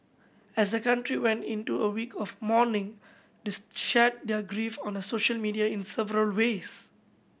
as the country went into a week of mourning they shared their grief on the social media in several ways